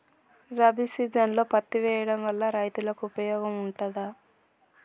రబీ సీజన్లో పత్తి వేయడం వల్ల రైతులకు ఉపయోగం ఉంటదా?